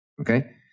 Okay